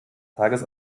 tages